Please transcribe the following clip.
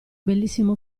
bellissimo